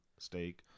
steak